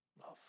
love